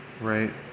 right